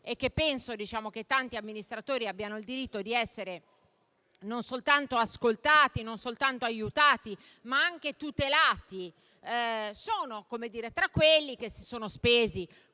e penso che tanti amministratori abbiano il diritto di essere non soltanto ascoltati e aiutati, ma anche tutelati. Sono tra quelli che si sono spesi